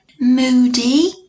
moody